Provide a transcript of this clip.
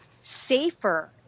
safer